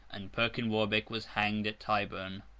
and perkin warbeck was hanged at tyburn.